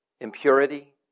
impurity